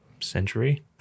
Century